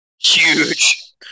huge